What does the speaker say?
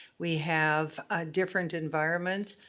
we have a different environment.